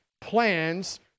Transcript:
plans